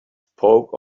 spoke